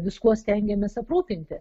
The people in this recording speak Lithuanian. viskuo stengiamės aprūpinti